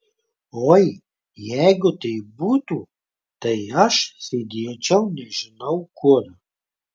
oi jeigu taip būtų tai aš sėdėčiau nežinau kur